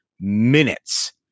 minutes